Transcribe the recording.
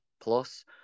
plus